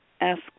ask